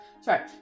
Sorry